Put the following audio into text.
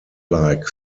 like